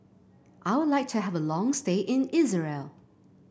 I would like to have a long stay in Israel